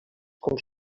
com